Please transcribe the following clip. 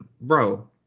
bro